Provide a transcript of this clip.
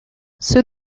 soon